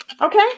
Okay